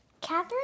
Catherine